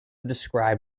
described